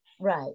Right